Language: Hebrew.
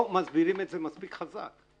לא מסבירים את זה מספיק חזק.